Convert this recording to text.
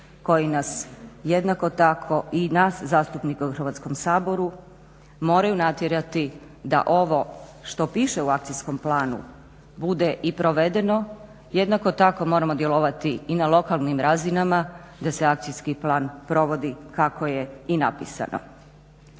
koji nas jednako tako i nas zastupnike u Hrvatskom saboru moraju natjerati da ovo što piše u Akcijskom planu bude i provedeno. Jednako tako moramo djelovati i na lokalnim razinama da se akcijski plan provodi kako je i napisano.